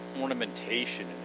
ornamentation